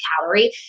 calorie